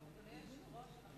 אדוני היושב-ראש,